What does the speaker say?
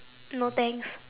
no thanks